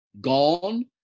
gone